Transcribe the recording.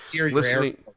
listening